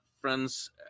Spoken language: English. friends